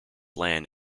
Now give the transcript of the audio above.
land